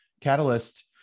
Catalyst